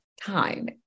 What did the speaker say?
time